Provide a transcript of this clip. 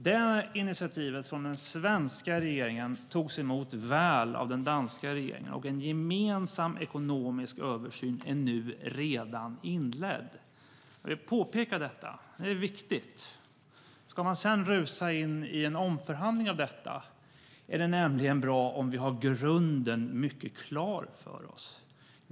Det initiativet från den svenska regeringen togs emot väl av den danska regeringen och en gemensam ekonomisk översyn är redan inledd. Jag vill påpeka detta. Det är viktigt. Ska man sedan rusa in i en omförhandling av detta avtal är det nämligen bra om vi har grunden mycket klar för oss.